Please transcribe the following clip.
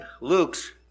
Luke's